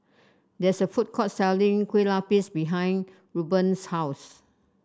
there is a food court selling Kue Lupis behind Reuben's house